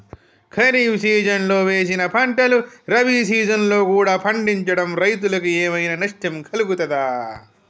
ఖరీఫ్ సీజన్లో వేసిన పంటలు రబీ సీజన్లో కూడా పండించడం రైతులకు ఏమైనా నష్టం కలుగుతదా?